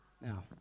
now